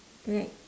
right